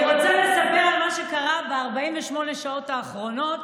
אני רוצה לספר על מה שקרה ב-48 שעות האחרונות,